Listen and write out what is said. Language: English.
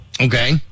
Okay